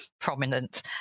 prominent